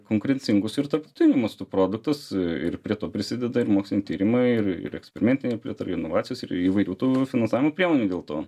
konkurencingus ir tarptautiniu mastu produktus ir prie to prisideda ir moksliniai tyrimai ir ir eksperimentinė plėtra ir inovacijos ir įvairių tų finansavimo priemonių dėl to